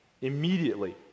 immediately